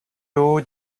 haut